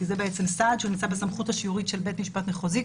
כי זה סד שנמצא בסמכות השיורית של בית משפט מחוזי,